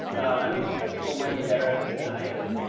i mean, some people might be better at this than i am.